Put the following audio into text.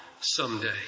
someday